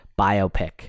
biopic